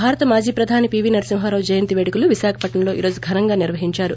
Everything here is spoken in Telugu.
భారత మాజీ ప్రధాని పివి నరసింహారావు జయంతి పేడుకలు విశాఖపట్నంలో ఈ రోజు ఘనంగా నిర్వహించారు